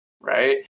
right